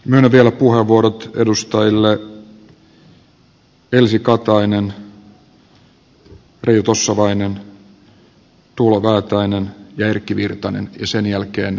myönnän vielä puheenvuorot edustajille elsi katainen reijo tossavainen tuula väätäinen ja erkki virtanen ja sen jälkeen ministerille